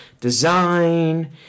design